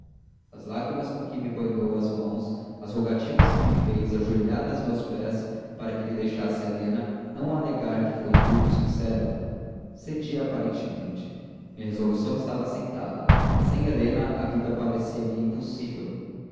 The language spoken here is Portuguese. as lágrimas com que me banhou as mãos as rogativas que me fez ajoelhada a meus pés para que lhe deixasse helena não há como negar que foi tudo sincero cedi aparentemente minha resolução estava assentada sem helena a vida parecia-me impossível